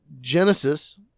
Genesis